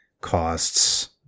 costs